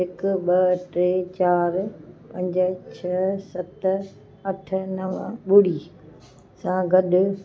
हिकु ॿ टे चार पंज छह सत अठ नवं ॿुड़ी सां गॾु